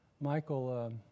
Michael